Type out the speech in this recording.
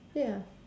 ya